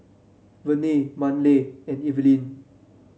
Verne Manley and Evelin